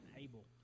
able